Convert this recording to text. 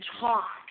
talk